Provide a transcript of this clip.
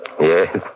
Yes